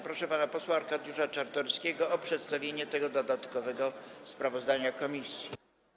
Proszę pana posła Arkadiusza Czartoryskiego o przedstawienie tego dodatkowego sprawozdania komisji.